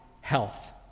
health